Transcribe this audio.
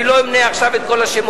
אני לא אמנה עכשיו את כל השמות,